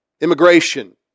immigration